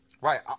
Right